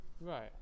right